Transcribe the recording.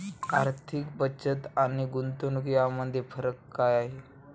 आर्थिक बचत आणि गुंतवणूक यामध्ये काय फरक आहे?